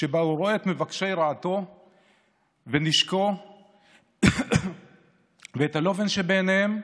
שבה הוא רואה את מבקשי רעתו ונשקו ואת הלובן שבעיניהם,